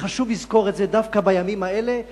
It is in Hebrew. וחשוב לזכור את זה דווקא בימים האלה,